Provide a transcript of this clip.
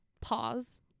pause